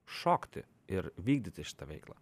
šokti ir vykdyti šitą veiklą